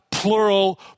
plural